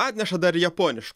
atneša dar japoniškų